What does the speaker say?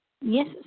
Yes